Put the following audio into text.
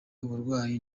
uburwayi